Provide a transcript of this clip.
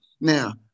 Now